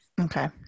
okay